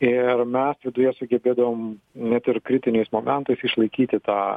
ir mes viduje sugebėdavom net ir kritiniais momentais išlaikyti tą